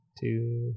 two